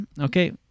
Okay